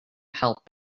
help